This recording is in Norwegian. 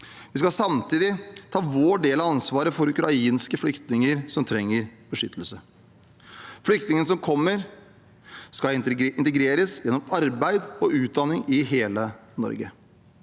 Vi skal samtidig ta vår del av ansvaret for ukrainske flyktninger som trenger beskyttelse. Flyktningene som kommer, skal integreres gjennom arbeid og utdanning i hele Norge.